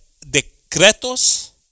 decretos